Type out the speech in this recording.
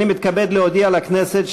אני מתכבד להודיע לכנסת,